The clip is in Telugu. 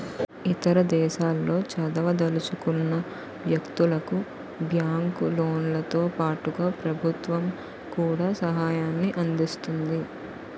ఇతర దేశాల్లో చదవదలుచుకున్న వ్యక్తులకు బ్యాంకు లోన్లతో పాటుగా ప్రభుత్వం కూడా సహాయాన్ని అందిస్తుంది